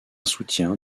soutien